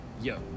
yo